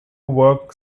work